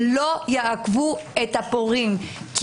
לא יעכבו את הפורעים.